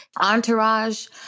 entourage